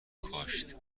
کاشت